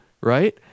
right